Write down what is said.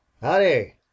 Howdy